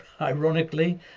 ironically